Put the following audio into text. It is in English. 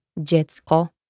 dziecko